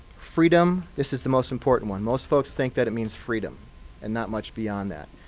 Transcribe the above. freedom, this is the most important one. most folks think that it means freedom and not much beyond that.